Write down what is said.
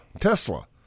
Tesla